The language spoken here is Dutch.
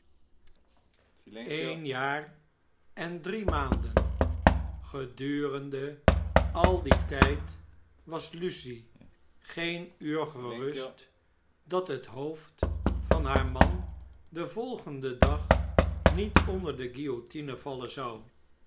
een jaar en drie maanden gedurende al dien tjjd was lucie geen uur gerust dat het hoofd van haar man den volgenden dag niet onder de guillotine vallen zou